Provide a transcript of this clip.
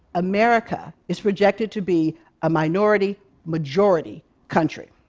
america is projected to be a minority-majority country.